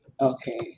Okay